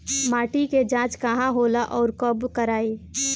माटी क जांच कहाँ होला अउर कब कराई?